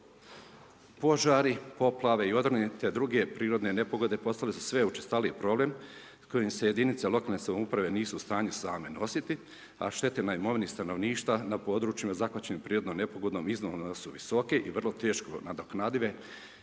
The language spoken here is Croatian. Požari, poplavi, odroni, te drugi prirodne nepogode, postale su sve učestali problem, s kojim se jedinice lokalne samouprave, nisu u stanju same nositi, a štete na imovini stanovništva, na područjima zahvaćeni, prirodnom nepogodom, iznimno su visoke i vrlo teško nadoknadive